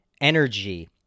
energy